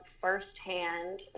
firsthand